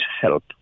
help